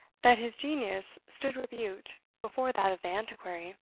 that his genius stood rebuked before that of the antiquary.